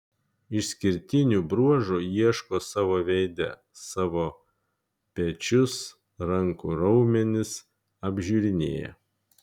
išskirtinių bruožų ieško savo veide savo pečius rankų raumenis apžiūrinėja